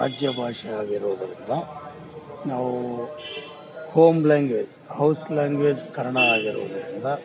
ರಾಜ್ಯ ಭಾಷೆ ಆಗಿರೋದರಿಂದ ನಾವು home language house language Kannada ಆಗಿರೋದರಿಂದ